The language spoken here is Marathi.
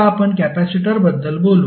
आता आपण कॅपेसिटर बद्दल बोलू